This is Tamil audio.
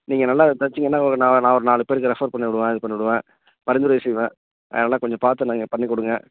நீங்கள் நல்லா தைச்சீங்கன்னா ஒரு நான் நான் ஒரு நாலு பேருக்கு ரெஃபர் பண்ணிவிடுவேன் இது பண்ணிவிடுவேன் பரிந்துரை செய்வேன் அதனால் கொஞ்சம் பார்த்து நீங்கள் பண்ணிக் கொடுங்க